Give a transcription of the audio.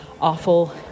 awful